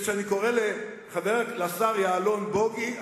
וכשאני קורא לשר יעלון בוגי,